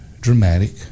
dramatic